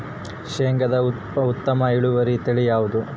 ಶೇಂಗಾದ ಉತ್ತಮ ಇಳುವರಿ ತಳಿ ಯಾವುದು?